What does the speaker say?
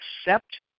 accept